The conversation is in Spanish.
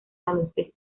baloncesto